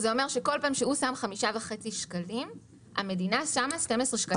זה אומר שכל פעם שהוא שם 5.5 שקלים המדינה שמה 12 שקלים.